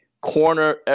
corner